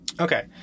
Okay